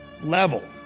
level